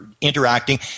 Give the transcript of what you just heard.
interacting